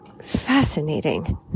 fascinating